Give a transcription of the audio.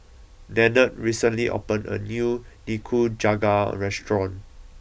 Nannette recently opened a new Nikujaga restaurant